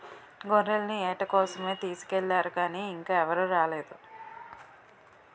గొర్రెల్ని ఏట కోసమే తీసుకెల్లారు గానీ ఇంకా ఎవరూ రాలేదు